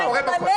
זה קורה בפועל.